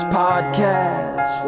podcast